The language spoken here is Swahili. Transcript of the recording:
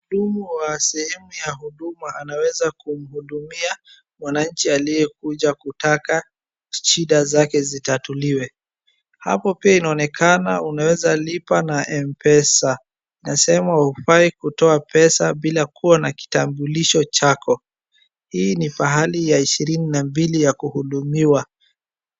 Mhudumu wa sehemu ya huduma anaweza kumhudumia mwananchi aliyekuja kutaka shida zake zitatuliwe. Hapo pia inaonekana unaweza lipa na Mpesa inasema hufai kutoa pesa bila kuwa na kitambulisho chako, hii ni pahali ya ishirini na mbili ya kuhudumiwa.